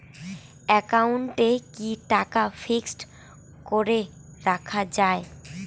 একাউন্টে কি টাকা ফিক্সড করে রাখা যায়?